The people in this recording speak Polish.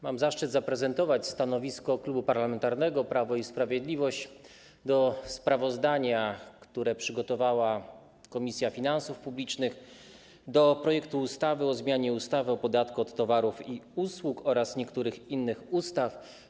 Mam zaszczyt zaprezentować stanowisko Klubu Parlamentarnego Prawo i Sprawiedliwość wobec sprawozdania, które przygotowała Komisja Finansów Publicznych, na temat projektu ustawy o zmianie ustawy o podatku od towarów i usług oraz niektórych innych ustaw.